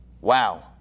Wow